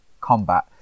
combat